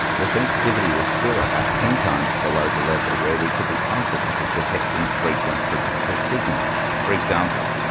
the sensitivity was still about ten times below the level where we could be confident of detecting frequent predicted signals. for example,